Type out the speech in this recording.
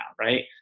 right